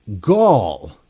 gall